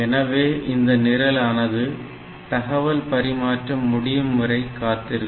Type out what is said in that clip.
எனவே இந்த நிரலானது தகவல் பரிமாற்றம் முடியும்வரை காத்திருக்கும்